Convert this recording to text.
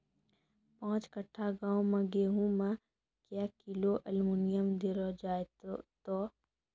पाँच कट्ठा गांव मे गेहूँ मे क्या किलो एल्मुनियम देले जाय तो?